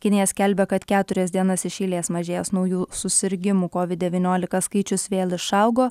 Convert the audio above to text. kinija skelbia kad keturias dienas iš eilės mažėjęs naujų susirgimų covid devyniolika skaičius vėl išaugo